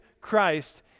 Christ